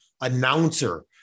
announcer